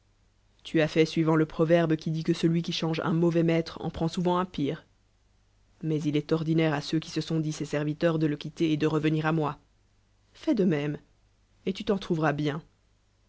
ta as fait soiolaut le pro verbe qui dit que celui qui change un mauvais maître en prend sonveux lui pire mais il est prdinaire à ceur qui se sont dits ses serviteurs de le quitter et de revenir à moi fais de même et tu en trouveras bien